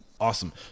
Awesome